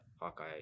Hawkeye